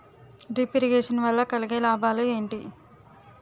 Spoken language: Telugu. డ్రిప్ ఇరిగేషన్ వల్ల కలిగే లాభాలు ఏంటి?